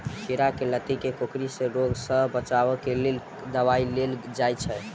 खीरा केँ लाती केँ कोकरी रोग सऽ बचाब केँ लेल केँ दवाई देल जाय छैय?